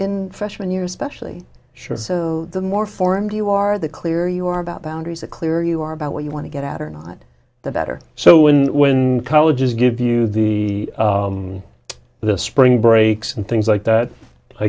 in freshman year especially sure so the more formed you are the clear you are about boundaries a clear you are about what you want to get out or not the better so when when colleges give you the the spring breaks and things like that i